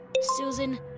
Susan